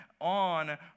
on